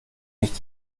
nicht